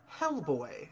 Hellboy